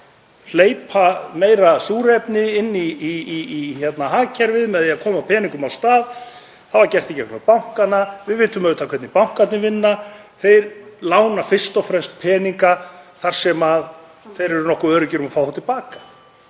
hleypa meira súrefni inn í hagkerfið með því að koma peningum af stað. Það var gert í gegnum bankana. Við vitum auðvitað hvernig bankarnir vinna; þeir lána fyrst og fremst peninga þar sem þeir eru nokkuð öruggir um að fá þá til baka.